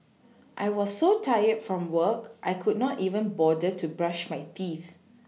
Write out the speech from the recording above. I was so tired from work I could not even bother to brush my teeth